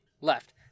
Left